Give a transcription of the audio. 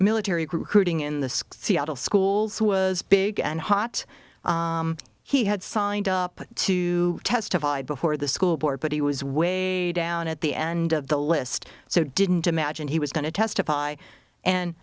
school seattle schools was big and hot he had signed up to testify before the school board but he was way down at the end of the list so didn't imagine he was going to testify and